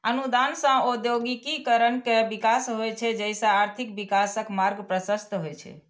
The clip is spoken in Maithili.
अनुदान सं औद्योगिकीकरण के विकास होइ छै, जइसे आर्थिक विकासक मार्ग प्रशस्त होइ छै